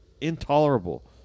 intolerable